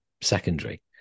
secondary